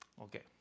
Okay